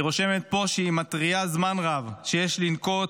היא רושמת פה שהיא מתריעה זמן רב שיש לנקוט